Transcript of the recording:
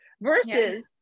versus